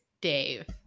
Dave